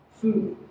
food